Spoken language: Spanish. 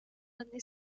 donde